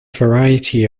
variety